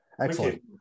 excellent